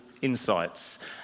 Insights